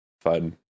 fun